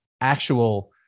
actual